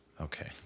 Okay